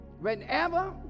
whenever